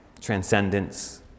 transcendence